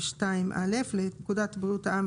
ו-2(א) לפקודת בריאות העם,